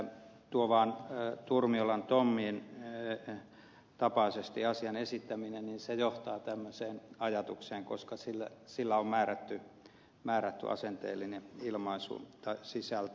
asian esittäminen turmiolan tommin tapaisesti vaan johtaa tämmöiseen ajatukseen koska sillä on määrätty asenteellinen sisältö